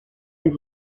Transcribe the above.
and